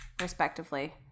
respectively